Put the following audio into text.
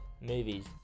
movies